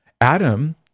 Adam